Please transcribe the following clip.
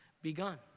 Begun